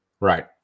Right